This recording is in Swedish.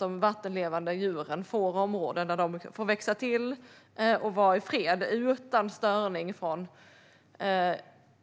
De vattenlevande djuren får då områden där de får växa till och vara ifred utan störning från